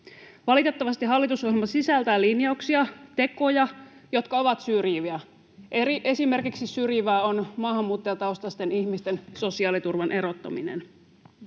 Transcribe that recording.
Valitettavasti hallitusohjelma sisältää linjauksia, tekoja, jotka ovat syrjiviä. Syrjivää on esimerkiksi maahanmuuttajataustaisten ihmisten sosiaaliturvan erottaminen